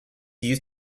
used